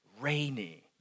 rainy